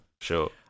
sure